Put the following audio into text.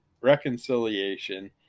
reconciliation